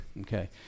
okay